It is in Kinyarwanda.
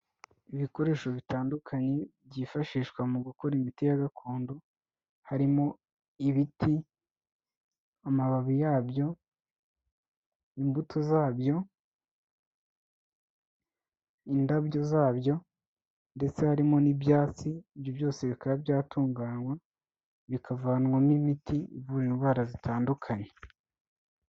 Ibikoresho bitandukanye byifashishwa mu gukora imiti ya gakondo, harimo ibiti, amababi yabyo, imbuto zabyo, indabyo zabyo ndetse harimo n'ibyatsi, ibyo byose bikaba byatunganywa bikavanwamo imiti ivura indwara zitandukanye.